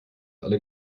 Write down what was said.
alle